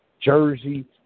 Jersey –